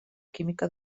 química